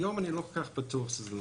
היום אני לא כל כך בטוח שזה נכון.